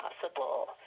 possible